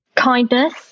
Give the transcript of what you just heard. kindness